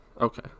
Okay